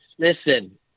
Listen